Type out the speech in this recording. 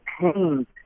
pain